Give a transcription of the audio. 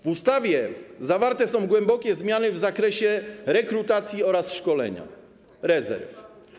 W ustawie zawarte są głębokie zmiany w zakresie rekrutacji oraz szkolenia rezerw.